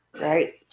Right